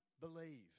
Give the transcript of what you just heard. believe